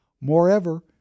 Moreover